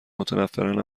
متنفرن